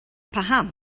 paham